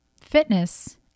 fitness